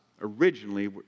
originally